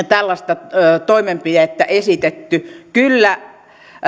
tällaista toimenpidettä esitetty kyllä